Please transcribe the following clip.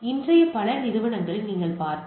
இன்றைய பல நிறுவனங்களில் நீங்கள் பார்த்தால்